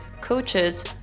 coaches